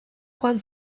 joan